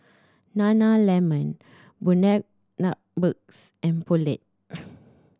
Nana Lemon Bundaberg and Poulet